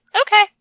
Okay